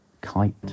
kite